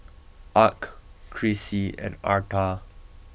Arch Krissy and Arta